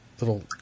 little